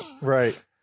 Right